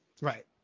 Right